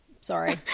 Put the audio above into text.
Sorry